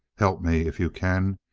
help me, if you can,